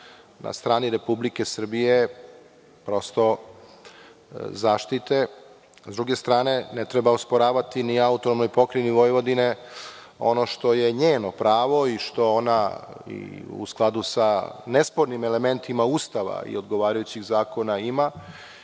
na strani Republike Srbije zaštite. Sa druge strane, ne treba osporavati na AP Vojvodini ono što je njeno pravo i što ona u skladu sa nespornim elementima Ustava i odgovarajućih zakona ima.